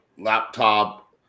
Laptop